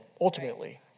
ultimately